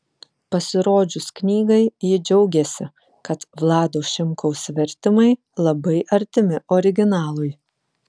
pasirodžius knygai ji džiaugėsi kad vlado šimkaus vertimai labai artimi originalui